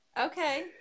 okay